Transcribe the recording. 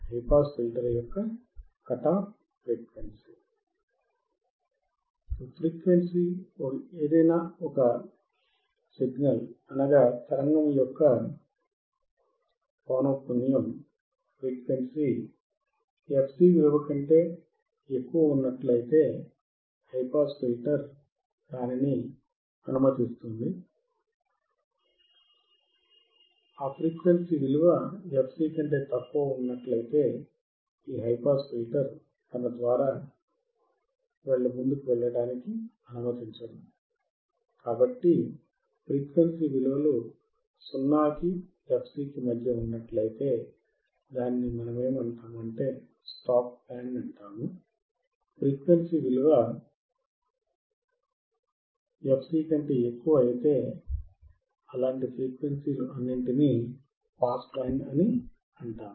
high pass filter cut off frequency పైనున్న పౌనఃపున్యాలను అనుమతిస్తుంది మరియు కట్ ఆఫ్ ఫ్రీక్వెన్సీ క్రింద ఉన్న అన్ని పౌనఃపున్యాలను తిరస్కరిస్తుంది